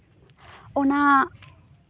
ᱚᱱᱟ